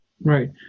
right